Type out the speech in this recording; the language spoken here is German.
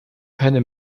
keine